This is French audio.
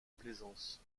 plaisance